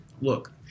look